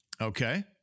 okay